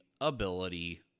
ability